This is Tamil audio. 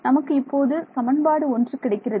நமக்கு இப்போது சமன்பாடு ஒன்றை கிடைக்கிறது